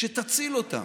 שתציל אותם.